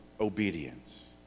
obedience